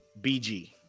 BG